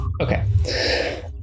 Okay